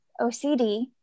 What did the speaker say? OCD